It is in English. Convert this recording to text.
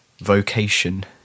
Vocation